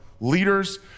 leaders